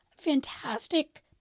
fantastic